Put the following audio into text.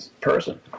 person